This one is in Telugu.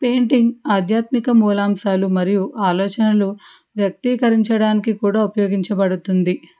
పెయింటింగ్ ఆధ్యాత్మిక మూలాంశాలు మరియు ఆలోచనలు వ్యక్తికరించడానికి కూడా ఉపయోగించబడుతుంది